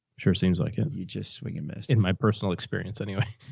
sure. it seems like it. you just swing and miss in my personal experience. anyway,